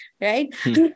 right